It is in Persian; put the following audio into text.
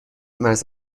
مرز